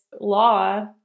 law